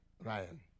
Ryan